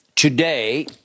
Today